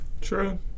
True